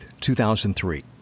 2003